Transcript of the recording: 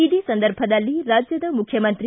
ಇದೇ ಸಂದರ್ಭದಲ್ಲಿ ರಾಜ್ಯದ ಮುಖ್ಯಮಂತ್ರಿ